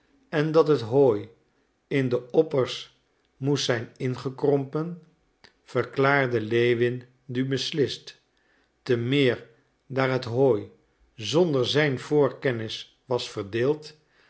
en dat het hooi in de oppers moest zijn ingekrompen verklaarde lewin nu beslist te meer daar het hooi zonder zijn voorkennis was verdeeld